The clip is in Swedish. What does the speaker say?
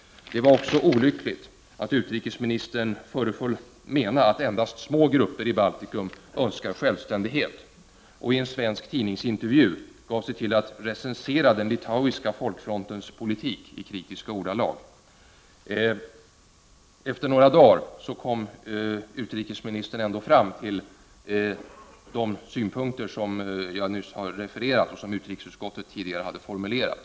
Det var också olyckligt att utrikesministern föreföll mena att endast små grupper i Baltikum önskar självständighet och i en svensk tidningsintervju gav sig till att i kritiska ordalag recensera den litauiska folkfrontens politik. Efter några dagar kom utrikesministern ändå fram till de synpunkter som jag nyss har refererat och som utrikesutskottet tidigare hade formulerat.